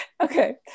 Okay